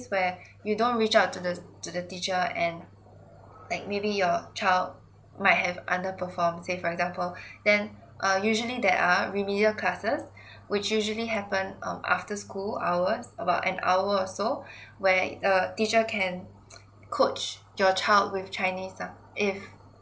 where you don't reach out to the to the teacher and like maybe your child might have under perform say for example then uh usually there are remedial classes which usually happen uh after school hours about an hour or so where the teacher can coach your child with chinese lah if